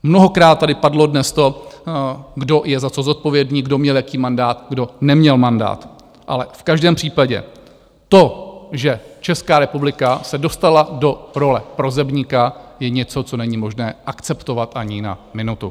Mnohokrát tady padlo dnes to, kdo je za co zodpovědný, kdo měl jaký mandát, kdo neměl mandát, ale v každém případě to, že Česká republika se dostala do role prosebníka, je něco, co není možné akceptovat ani na minutu!